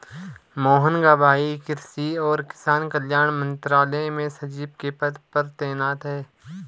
मोहन का भाई कृषि और किसान कल्याण मंत्रालय में सचिव के पद पर तैनात है